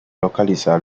localizada